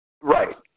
Right